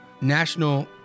National